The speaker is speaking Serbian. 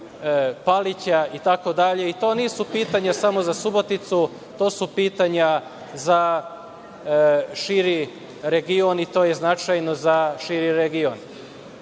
Palića, itd. To nisu pitanja samo za Suboticu, to su pitanja za širi region i to je značajno za širi region. Mi